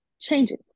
changes